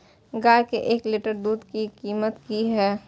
गाय के एक लीटर दूध के कीमत की हय?